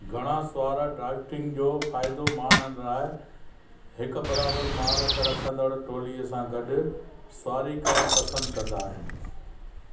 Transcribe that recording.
घणा सुवार ड्राफ्टिंग जो फ़ाइदो मञनि लाइ हिक बराबरि महारतु रखंदड़ु टोलीअ सां गॾु सुवारी करणु पसंदि कंदा आहिनि